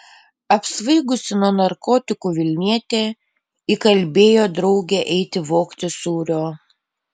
apsvaigusi nuo narkotikų vilnietė įkalbėjo draugę eiti vogti sūrio